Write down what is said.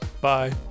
bye